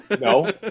No